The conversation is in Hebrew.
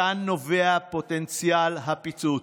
מכאן נובע פוטנציאל הפיצוץ.